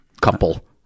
couple